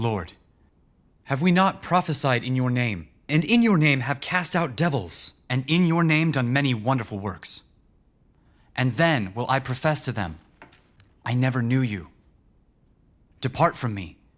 lord have we not prophesied in your name and in your name have cast out devils and in your name done many wonderful works and then will i profess to them i never knew you depart from me